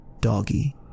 doggy